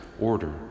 order